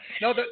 No